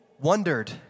wondered